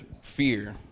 fear